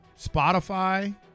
Spotify